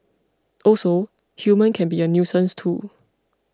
also humans can be a nuisance too